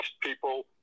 people